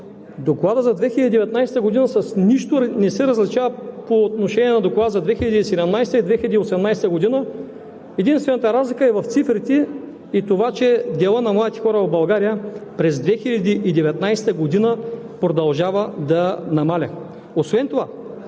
Докладът за 2019 г. с нищо не се различава по отношение на докладите за 2017-а и 2018 г. Единствената разлика е в цифрите и това, че делът на младите хора в България през 2019 г. продължава да намалява. Освен това